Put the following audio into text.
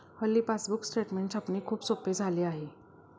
हल्ली passbook statement छापणे खूप सोपे झाले आहे